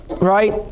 Right